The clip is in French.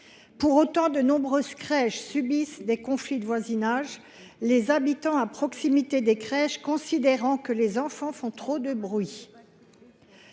Pour autant, de nombreuses crèches subissent des conflits de voisinages, les habitants à proximité de ces établissements considérant que les enfants font trop de bruit.